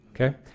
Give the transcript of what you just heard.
okay